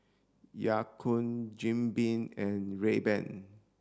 Ya Kun Jim Beam and Rayban